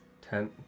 ten